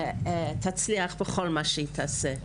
שתצליח בכל מה שהיא תעשה.